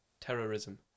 terrorism